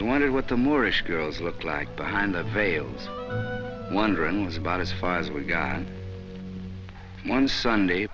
i wondered what the moorish girls looked like behind the veil wonder and was about as far as we got one sunday